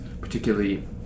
particularly